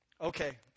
okay